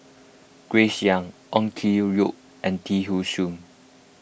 Grace Young Ong Keng Yong and Lim thean Soo